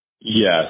Yes